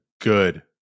good